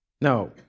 No